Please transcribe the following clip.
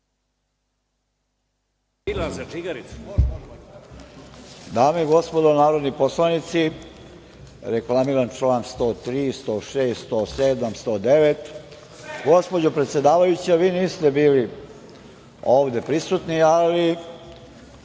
Dame i gospodo narodni poslanici, reklamiram članove 103, 106, 107. i 109.Gospođo predsedavajuća, vi niste bili ovde prisutni, ali